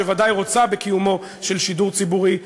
שוודאי רוצה בקיומו של שידור ציבורי,